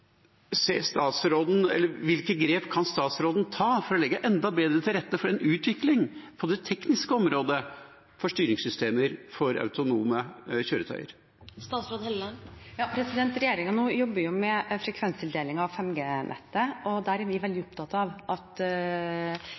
Hvilke grep kan statsråden ta for å legge enda bedre til rette for en utvikling på det tekniske området for styringssystemer for autonome kjøretøyer? Regjeringen jobber nå med frekvenstildeling av 5G-nettet, og der er vi veldig opptatt av at